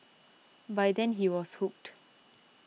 by then he was hooked